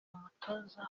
umutoza